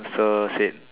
sir said